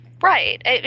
Right